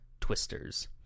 twisters